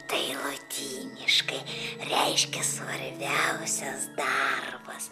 tai lotyniškai reiškia svarbiausias darbas